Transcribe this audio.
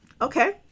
Okay